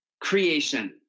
creation